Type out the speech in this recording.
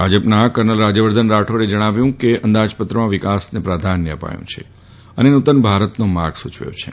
ભાજપના કર્નલ રાજયવર્ધન રાઠૌરે કહ્યું કે અંદાજપત્રમાં વિકાસ પર પ્રાધાન્ય અપાયું છે અને નૂતન ભારતનો માર્ગ સૂચવ્યો છે